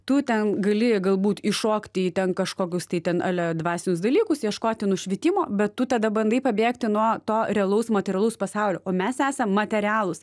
tu ten gali galbūt įšokti į ten kažkokius tai ten ale dvasios dalykus ieškoti nušvitimo bet tu tada bandai pabėgti nuo to realaus materialaus pasaulio o mes esam materialūs